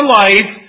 life